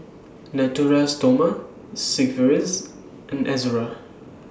Natura Stoma Sigvaris and Ezerra